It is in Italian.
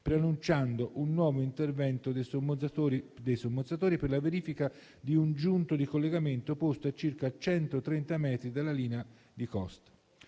preannunciando un nuovo intervento dei sommozzatori per la verifica di un giunto di collegamento posto a circa 130 metri dalla linea di costa.